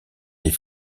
les